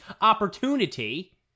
opportunity